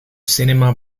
cinema